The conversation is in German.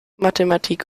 mathematik